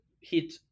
hit